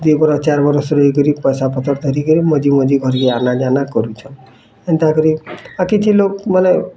ଦୁଇ ବରଷ୍ ଚାର୍ ବରଷ୍ ରହି କରି ପଇସା ପତର୍ ଧରି କରି ମଝି ମଝି ଘର୍ ଆନା ଜାନା କରୁଛନ୍ ହେନ୍ତା କରି ଆଉ କିଛି ଲୋଗ୍ ବୋଲେ